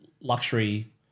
luxury